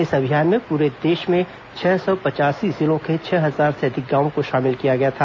इस अभियान में पूरे देश में छह सौ पचासी जिलों के छह हजार से अधिक गांवों को शामिल किया गया था